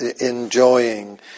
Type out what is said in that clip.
enjoying